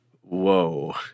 whoa